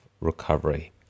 recovery